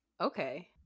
okay